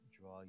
draw